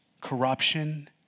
corruption